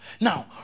Now